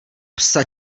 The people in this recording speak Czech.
psa